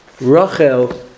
Rachel